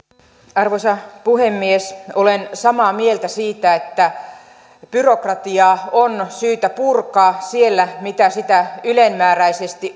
arvoisa puhemies olen samaa mieltä siitä että byrokratiaa on syytä purkaa siellä missä sitä ylenmääräisesti